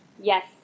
Yes